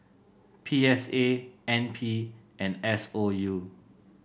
P S A N P and S O U